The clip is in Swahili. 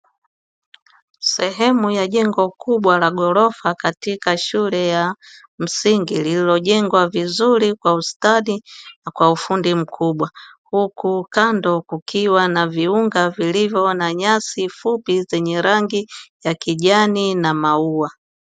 Sehemu ya jengo kubwa la ghorofa katika shule ya msingi, lililojengwa vizuri kwa ustadi kwa ufundi mkubwa, huku kando kukiwa na viunga vilivyo na nyasi fupi zenye rangi ya kijani na maua.